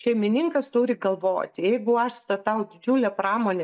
šeimininkas turi galvoti jeigu aš statau didžiulę pramonę